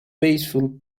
peaceful